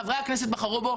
חברי הכנסת בחרו בו.